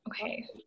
Okay